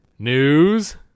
news